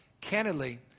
Candidly